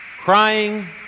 crying